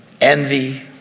envy